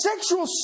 sexual